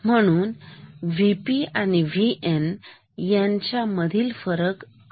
म्हणून VP आणि VN यांच्या मधील फरक कमी होत आहे